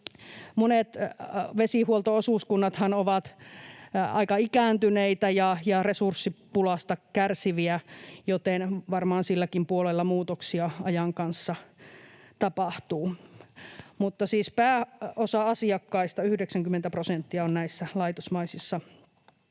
Monet vesihuolto-osuuskunnathan ovat aika ikääntyneitä ja resurssipulasta kärsiviä, joten varmaan silläkin puolella muutoksia ajan kanssa tapahtuu. Mutta siis pääosa asiakkaista, 90 prosenttia, on laitosmaisessa